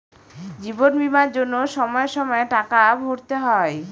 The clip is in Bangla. জীবন বীমার জন্য সময়ে সময়ে টাকা ভরতে হয়